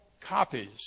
copies